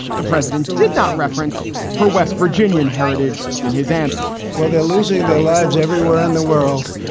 the president did not reference her west virginia and heritage in his answer well, they're losing their lives everywhere in the world.